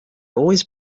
always